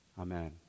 Amen